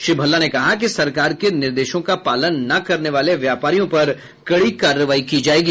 श्री भल्ला ने कहा कि सरकार के निर्देशों का पालन न करने वाले व्यापारियों पर कड़ी कार्रवाई की जायेगी